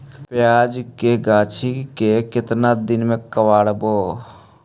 प्याज के गाछि के केतना दिन में कबाड़बै?